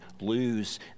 lose